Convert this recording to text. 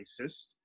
racist